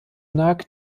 nagt